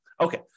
Okay